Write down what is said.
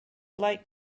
light